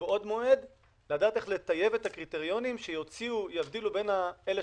לדעת לטייב את הקריטריונים שיבדילו בין אלה